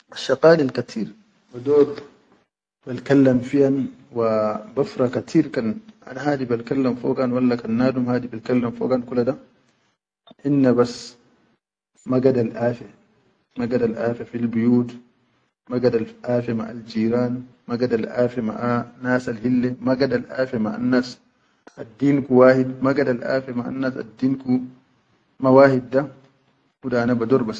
Asshaqalin kateer ba daur balkallam fiyan wa bafra kateer kan ana hadi bal kallam fogan walla kan nadum hadi bil kallam fogan lela da hinna bas magadal afe magadal afeh fil buyut magadal afe maʼal jiran, magadal afe maʼa nasal hilleh, magadal afe maʼa nasan a deen ku wahid magadal afeh maʼa nasan deen ku ma wahid da, huda ana ba daur.